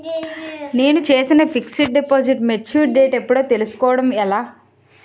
నేను చేసిన fixed deposit mature date ఎప్పుడో తెల్సుకోవడం ఎలా?